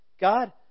God